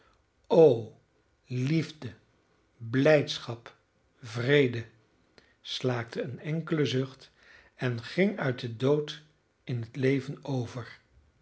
o liefde blijdschap vrede slaakte een enkelen zucht en ging uit den dood in in het leven over